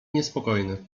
niespokojny